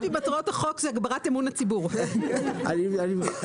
אני מבטיח אדוני לא